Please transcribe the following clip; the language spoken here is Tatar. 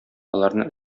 аларны